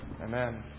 Amen